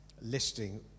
listing